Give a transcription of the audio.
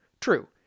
True